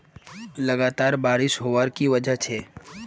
लगातार बारिश होबार की वजह छे?